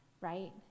Right